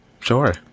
Sure